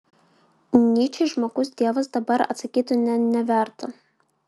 nyčei žmogus dievas dabar atsakytų ne neverta